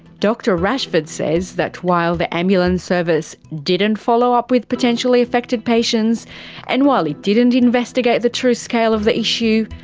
dr rashford says while the ambulance service didn't follow up with potentially affected patients and while it didn't investigate the true scale of the issue,